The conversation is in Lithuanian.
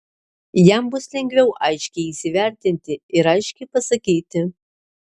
jam bus lengviau aiškiai įsivertinti ir aiškiai pasakyti